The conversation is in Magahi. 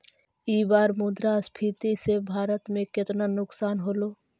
ई बार मुद्रास्फीति से भारत में केतना नुकसान होलो